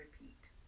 repeat